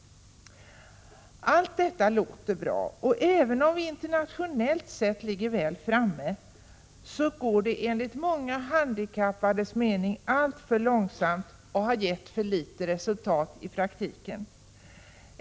Allt detta låter bra, och även om vi internationellt sett ligger väl framme går det enligt många handikappades mening alltför långsamt och har gett för litet resultat i praktiken.